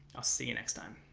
i'll see you next time.